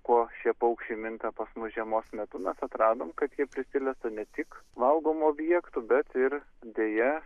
kuo šie paukščiai minta pas mus žiemos metu mes atradom kad jie prisilesa ne tik valgomų objektų bet ir deja